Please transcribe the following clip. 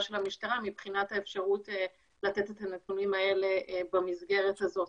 של המשטרה מבחינת האפשרות לתת את הנתונים האלה במסגרת הזאת,